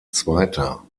zweiter